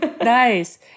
nice